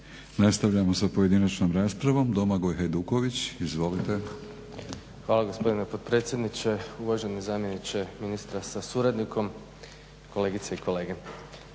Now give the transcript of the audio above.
Nastavljamo sa pojedinačnom raspravom, Domagoj Hajduković. Izvolite. **Hajduković, Domagoj (SDP)** Hvala gospodine potpredsjedniče. Uvaženi zamjeniče ministra sa suradnikom, kolegice i kolege.